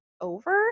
over